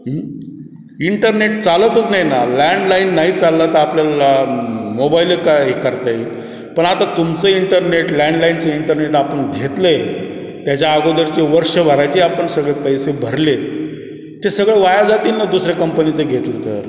internet चालतच नाही ना लँडलाईन नाही चाललं तर आपल्याला मोबाईल काय हे करता येईल पण आता तुमचं इंटरनेट लँडलाईनचं इंटरनेट आपण घेतले आहे त्याच्या अगोदरचे वर्षभराचे आपण सगळे पैसे भरले ते सगळं वाया जाईल ना दुसऱ्या कंपनीचं घेतलं तर